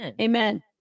amen